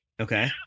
Okay